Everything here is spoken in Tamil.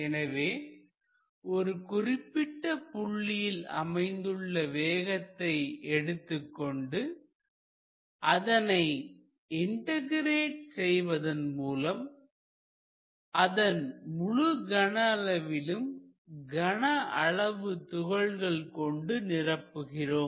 எனவே ஒரு குறிப்பிட்ட புள்ளியில் அமைந்துள்ள வேதத்தை எடுத்துக்கொண்டு அதனை இன்டகிரேட் செய்வதன் மூலம் அதன் முழு கன அளவிலும் கன அளவு துகள்கள் கொண்டு நிரப்புகிறோம்